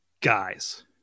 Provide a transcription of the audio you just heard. guys